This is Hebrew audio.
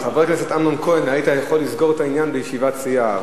עם חבר הכנסת אמנון כהן היית יכול לסגור את העניין בישיבת סיעה,